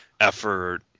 effort